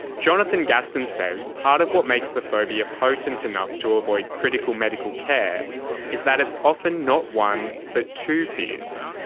jonathan gaston says part of what makes the phobia potent enough to avoid critical medical care is that it's often not one but two fears.